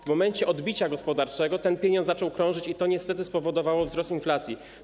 W momencie odbicia gospodarczego ten pieniądz zaczął krążyć i to niestety spowodowało wzrost inflacji.